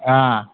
ꯑꯥ